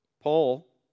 Paul